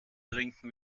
trinken